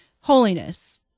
Holiness